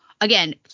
again